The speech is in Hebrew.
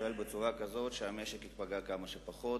ישראל בצורה כזאת שהמשק ייפגע כמה שפחות,